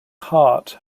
heart